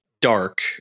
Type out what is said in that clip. dark